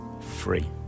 free